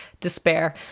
despair